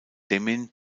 demmin